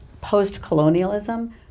post-colonialism